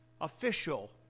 official